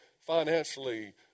financially